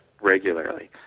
regularly